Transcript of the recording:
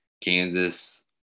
Kansas